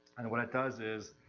and what it does is,